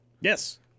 Yes